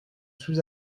sous